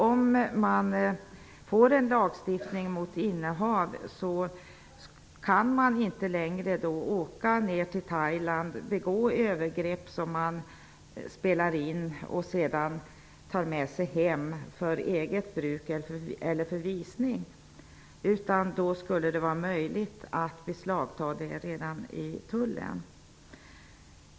Om vi får en lagstiftning mot innehav kan man inte längre åka till Thailand och begå övergrepp som man spelar in och tar med sig hem för eget bruk eller visning, eftersom det då skulle vara möjligt att beslagta filmerna redan i tullen.